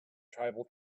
tribal